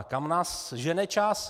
Kam nás žene čas?